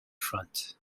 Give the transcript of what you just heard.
front